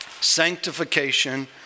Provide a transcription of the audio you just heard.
sanctification